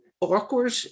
awkward